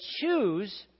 choose